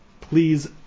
please